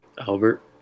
Albert